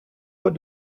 what